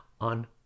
on